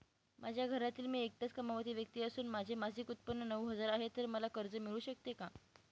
माझ्या घरातील मी एकटाच कमावती व्यक्ती असून माझे मासिक उत्त्पन्न नऊ हजार आहे, तर मला कर्ज मिळू शकते का?